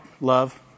Love